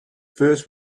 first